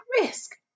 risk